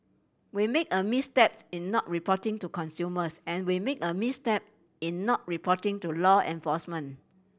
we make a misstep in not reporting to consumers and we made a misstep in not reporting to law enforcement